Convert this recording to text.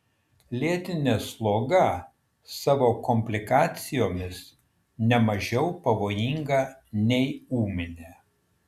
lėtinė sloga savo komplikacijomis ne mažiau pavojinga nei ūminė